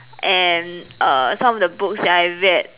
and err some of the books that I read